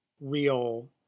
real